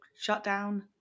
shutdown